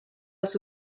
das